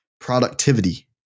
productivity